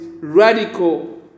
radical